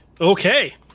Okay